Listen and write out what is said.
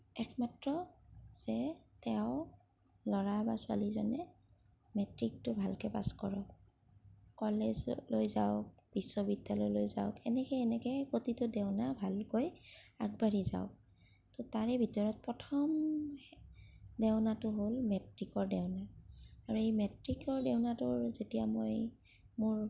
একমাত্ৰ যে তেওঁৰ ল'ৰা বা ছোৱালীজনীয়ে মেট্ৰিকটো ভালকৈ পাছ কৰক কলেজলৈ যাওক বিশ্ববিদ্যালয়লৈ যাওক এনেকৈ এনেকৈ প্ৰতিটো দেওনা ভালকৈ আগবাঢ়ি যাওক ত' তাৰে ভিতৰত প্ৰথম দেওনাটো হ'ল মেট্ৰিকৰ দেওনা আৰু এই মেট্ৰিকৰ দেওনাটো যেতিয়া মই মোৰ